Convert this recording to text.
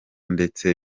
ndetse